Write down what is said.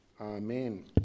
Amen